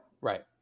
Right